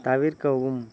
தவிர்க்கவும்